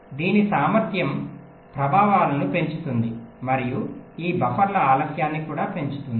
దీని సామర్థ్యం ప్రభావాలను పెంచుతుంది మరియు ఈ బఫర్ల ఆలస్యాన్ని కూడా పెంచుతుంది